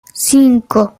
cinco